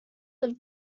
that